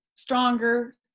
stronger